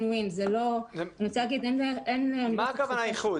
מה כוונה באיחוד?